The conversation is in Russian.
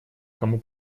кому